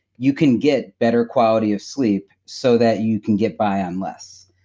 you can get better quality of sleep so that you can get by on less.